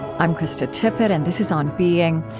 i'm krista tippett, and this is on being.